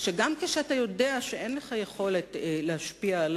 שגם כשאתה יודע שאין לך יכולת להשפיע על